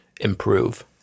improve